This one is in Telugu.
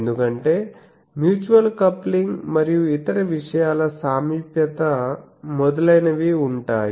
ఎందుకంటే మ్యూచువల్ కప్లింగ్ మరియు ఇతర విషయాల సామీప్యత మొదలైనవి ఉంటాయి